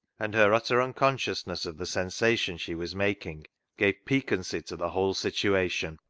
and her utter unconsciousness of the sensation she was making gave piquancy to the whole situation.